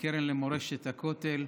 בקרן למורשת הכותל,